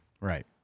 Right